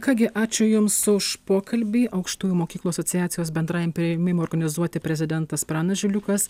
ką gi ačiū jums už pokalbį aukštųjų mokyklų asociacijos bendrajam priėmimui organizuoti prezidentas pranas žiliukas